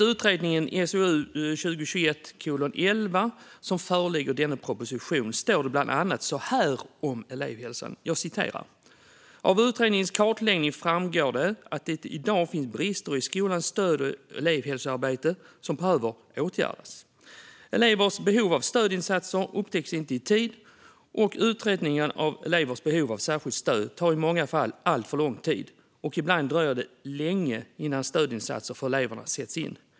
Utredningen SOU 2021:11 behandlas i denna proposition, där det bland annat står så här om elevhälsan: "Av utredningens kartläggning framgår det att det i dag finns brister i skolans stöd och elevhälsoarbete som behöver åtgärdas. Elevers behov av stödinsatser upptäcks inte i tid och utredningar av elevers behov av särskilt stöd tar i många fall allt för lång tid och ibland dröjer det länge innan stödinsatserna till eleverna sätts in.